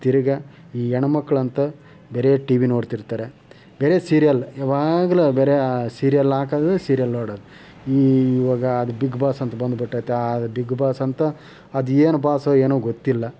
ತಿರಗಾ ಈ ಹೆಣ್ಣ ಮಕ್ಳಂತೆ ಬರಿ ಟಿವಿ ನೋಡ್ತಿರ್ತಾರೆ ಬರಿ ಸೀರಿಯಲ್ ಯಾವಾಗಲು ಬರಿ ಸೀರಿಯಲ್ ಹಾಕೋದು ಸೀರಿಯಲ್ ನೋಡೋದು ಈ ಇವಾಗ ಅದು ಬಿಗ್ ಬಾಸ್ ಅಂತೆ ಬಂದ್ಬಿಟ್ಟೈತೆ ಆ ಬಿಗ್ ಬಾಸ್ ಅಂತೆ ಅದು ಏನು ಬಾಸೊ ಏನೋ ಗೊತ್ತಿಲ್ಲ